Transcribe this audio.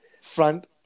Front